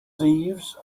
thieves